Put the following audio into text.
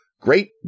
great